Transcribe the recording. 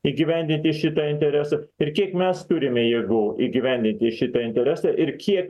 įgyvendinti šitą interesą ir kiek mes turime jėgų įgyvendinti šitą interesą ir kiek